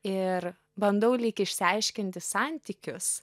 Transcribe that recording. ir bandau lyg išsiaiškinti santykius